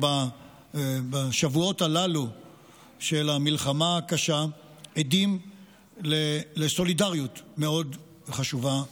ובשבועות הללו של המלחמה הקשה אנחנו עדים לסולידריות מאוד חשובה,